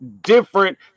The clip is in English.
different